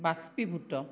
বাস্পীভূত